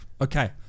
okay